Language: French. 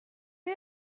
est